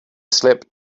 slip